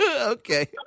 Okay